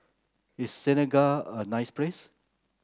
is Senegal a nice place